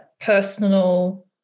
personal